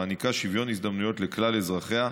המעניקה שוויון הזדמנויות לכלל אזרחיה.